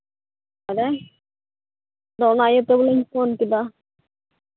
ᱟᱫᱚ ᱟᱫᱚ ᱚᱱᱟ ᱤᱭᱟᱹᱛᱮ ᱵᱚᱞᱮᱧ ᱯᱷᱳᱱ ᱠᱮᱫᱟ